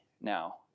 now